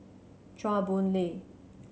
Chua Boon Lay